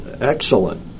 Excellent